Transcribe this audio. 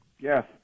Yes